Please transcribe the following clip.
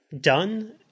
done